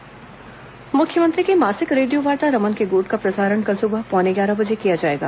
रमन के गोठ मुख्यमंत्री की मासिक रेडियो वार्ता रमन के गोठ का प्रसारण कल सुबह पौने ग्यारह बजे से किया जाएगा